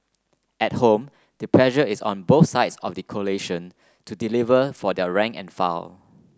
at home the pressure is on both sides of the coalition to deliver for their rank and file